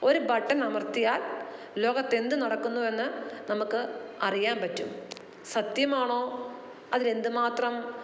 ഒരു ബട്ടൺ അമർത്തിയാൽ ലോകത്ത് എന്ത് നടക്കുന്നു എന്ന് നമുക്ക് അറിയാൻ പറ്റും സത്യമാണോ അതിനെന്തു മാത്രം